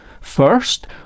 First